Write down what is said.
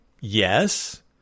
Yes